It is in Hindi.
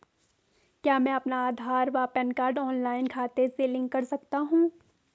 क्या मैं अपना आधार व पैन कार्ड ऑनलाइन खाते से लिंक कर सकता हूँ?